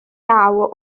naw